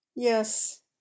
Yes